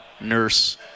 nurse